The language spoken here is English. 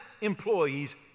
employees